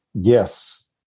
Yes